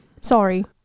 sorry